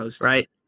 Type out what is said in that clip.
Right